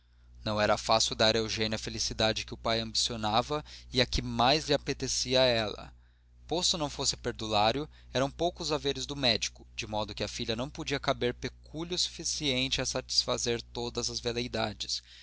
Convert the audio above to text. não era fácil dar a eugênia a felicidade que o pai ambicionava e a que mais lhe apetecia a ela posto não fosse perdulário eram poucos os haveres do médico de modo que à filha não podia caber pecúlio suficiente a satisfazer todas as